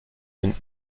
den